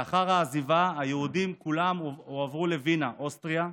לאחר העזיבה היהודים כולם הועברו לווינה, אוסטריה,